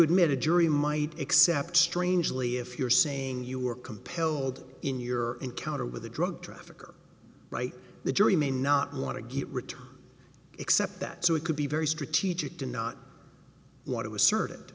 admit a jury might accept strangely if you're saying you were compelled in your encounter with a drug trafficker right the jury may not want to get return except that so it could be very strategic to not want to asserted